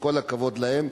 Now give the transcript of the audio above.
שכל הכבוד להם.